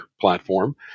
platform